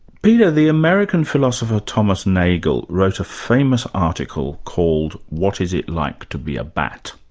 peter, the american philosopher thomas nagel wrote a famous article called what is it like to be a bat?